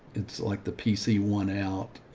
it's like the pc one out,